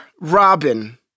Robin